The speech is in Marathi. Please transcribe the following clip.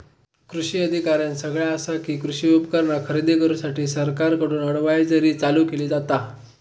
कृषी अधिकाऱ्यानं सगळ्यां आसा कि, कृषी उपकरणा खरेदी करूसाठी सरकारकडून अडव्हायजरी चालू केली जाता